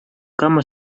кама